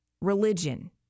religion